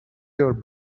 your